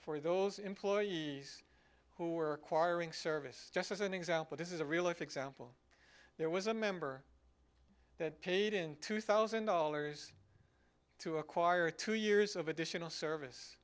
for those employees who are acquiring service just as an example this is a real life example there was a member that paid in two thousand dollars to acquire two years of additional service